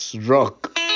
rock